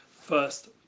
first